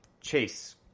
chase